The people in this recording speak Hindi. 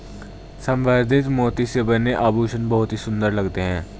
संवर्धित मोती से बने आभूषण बहुत ही सुंदर लगते हैं